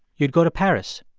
you'd go to paris.